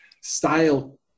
Style